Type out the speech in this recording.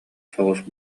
соҕус